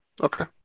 Okay